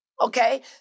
okay